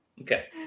okay